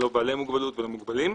לא בעלי מוגבלות ולא מוגבלים.